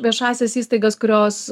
viešąsias įstaigas kurios